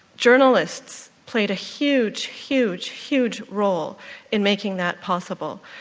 journalists played a huge, huge huge role in making that possible.